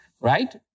right